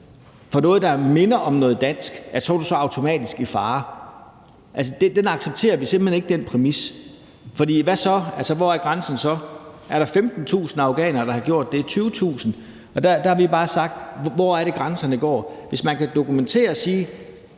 for noget, der minder om noget dansk, så er du automatisk i fare. Altså, den præmis accepterer vi simpelt hen ikke, for hvad så, og hvor går grænsen så? Er der 15.000 afghanere, der har gjort det, eller 20.000? Der har vi bare sagt, hvor grænserne går. Hvis man kan dokumentere det og sige,